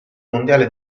mondiale